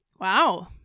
Wow